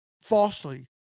Falsely